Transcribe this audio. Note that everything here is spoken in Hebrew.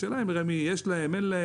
השאלה היא אם יש לרמ"י או אין להם,